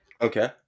Okay